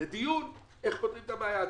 לדיון איך פותרים את הבעיה הזאת.